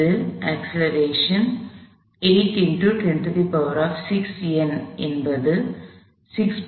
இது acceleration 8 X 106 N என்பது 6